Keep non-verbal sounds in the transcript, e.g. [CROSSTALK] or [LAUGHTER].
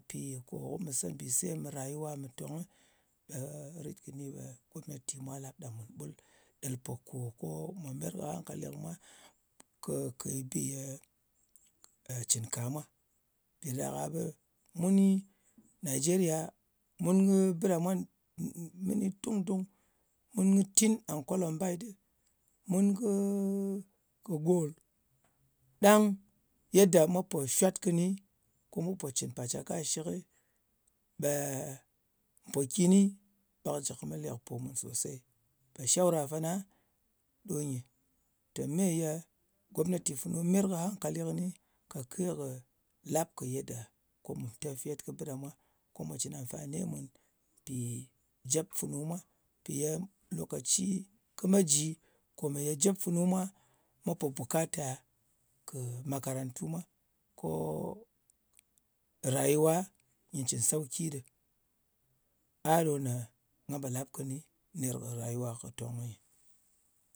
Mpì kò ko mù se mbìse mɨ rayuwa mɨ tongnɨ, be rit kɨni ɓe gomnati mwa lap ɗa mùn ɓul, ɗel pò kò ko mwa meyer kɨ hangkali kɨ mwa kake bi ye cɨn ka mwa. Mpì ɗa ɗak-a ɓe muni, najeriya, mun kɨ bɨ ɗa mwa [HESITATION] dung-dung. Mun kɨ tin and kolombite ɗɨ. Mun kɨ gold, ɗang yedda mwa po shwat kɨni, ko mwa pò cɨn pacaka shɨk, ɓe mpòkini, ɓe kɨ jɨ kɨ met lepo mùn sosey. Ɓe shawra fana ɗo nyɨ teni, meye gomnati funu meyer kɨ hankali kɨni kake kɨ lap kɨ yedda ko mù tafiyed kɨ bɨ ɗa mwa ko mwa cɨn amfani mùn mpi jep funu mwa. Mpi ye lokaci kɨ me jɨ komeye jep funu mwa pò bukata kɨ makarantu mwa, ko rayuwa nyɨ cɨn sauki ɗɨ. A ɗo ne nga pò lap kɨni ner kɨ rayuwa pò tòng ɗo nyɨ,